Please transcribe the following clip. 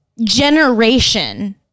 generation